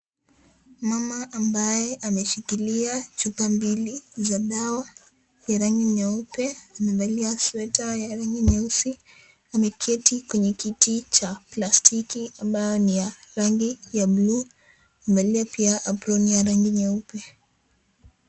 Mama ambaye ameshikilia chupa mbili za dawa ya rangi nyeupe amevalia sweta ya rangi nyeusi. Ameketi kwenye kiti cha plastiki ambao ni ya rangi ya bulu, amevalia pia aproni ya rangi nyeupe.